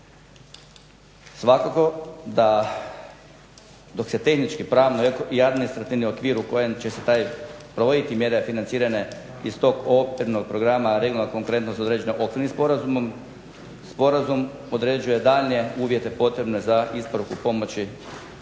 Svakako da dok se tehnički, pravno i administrativni okvir u kojem će se taj provoditi mjere financiranja iz tog okvirnog programa regionalna konkurentnost određena Okvirnim sporazumom. Sporazum određuje daljnje uvjete potrebne za isporuku pomoći